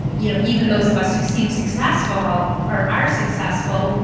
you know even those of us who seem successful or are successful,